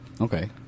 Okay